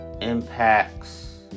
impacts